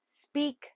Speak